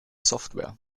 software